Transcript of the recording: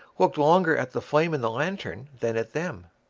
looked longer at the flame in the lantern than at them.